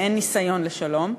ואין ניסיון לשלום.